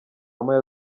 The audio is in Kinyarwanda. moya